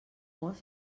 molts